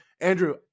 Andrew